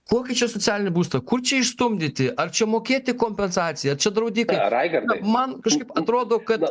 kokį čia socialinį būstą kur čia išstumdyti ar čia mokėti kompensaciją čia draudikai man kažkaip atrodo kad